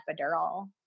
epidural